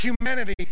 humanity